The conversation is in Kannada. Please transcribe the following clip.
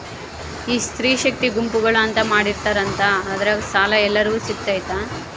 ಈ ಸ್ತ್ರೇ ಶಕ್ತಿ ಗುಂಪುಗಳು ಅಂತ ಮಾಡಿರ್ತಾರಂತಲ ಅದ್ರಾಗ ಸಾಲ ಎಲ್ಲರಿಗೂ ಸಿಗತೈತಾ?